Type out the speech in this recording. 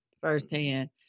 firsthand